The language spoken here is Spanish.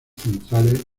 centrales